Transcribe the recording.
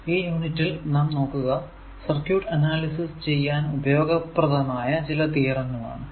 ഈ യൂണിറ്റിൽ നാം നോക്കുക സർക്യൂട് അനാലിസിസ് ചെയ്യുവാൻ ഉപയോഗപ്രദമായ ചില തിയറം ആണ്